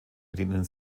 bedienen